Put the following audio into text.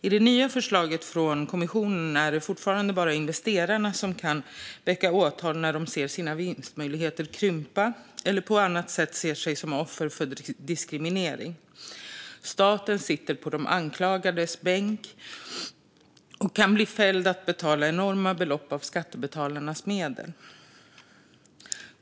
I det nya förslaget från kommissionen är det fortfarande bara investerarna som kan väcka åtal när de ser sina vinstmöjligheter krympa eller på annat sätt ser sig som offer för diskriminering. Staten sitter på de anklagades bänk och kan bli fälld och få betala enorma belopp av skattebetalarnas medel.